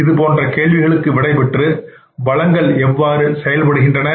இதுபோன்ற கேள்விகளுக்கு விடை பெற்று வளங்கள் எவ்வாறு செயல்படுகின்றன